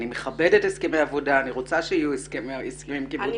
אני מכבדת הסכמי עבודה ורוצה שיהיו הסכמים קיבוציים.